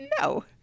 no